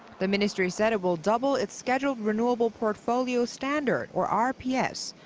the ministry said it will double its scheduled renewable portfolio standard. or rps.